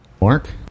Mark